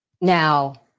Now